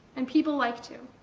and people like to.